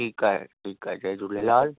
ठीकु आहे ठीकु आहे जय झूलेलाल